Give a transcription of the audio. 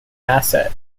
asset